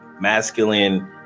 masculine